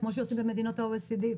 כפי שעושים במדינות ה-OECD.